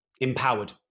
empowered